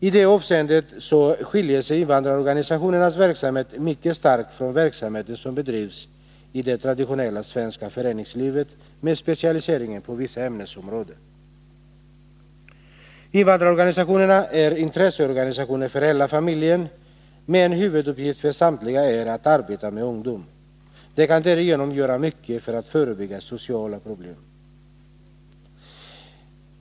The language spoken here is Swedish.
I det avseendet skiljer sig invandrarorganisationernas verksamhet mycket starkt från verksamhet som bedrivs i det traditionella svenska föreningslivet, med specialisering på vissa ämnesområden. Invandrarorganisationerna är intresseorganisationer för hela familjen, men en huvuduppgift för samtliga är att arbeta med ungdom. De kan därigenom göra mycket för att förebygga sociala problem.